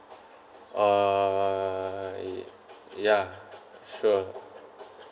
uh ye~ ya sure